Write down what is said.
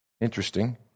interesting